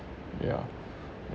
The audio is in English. yeah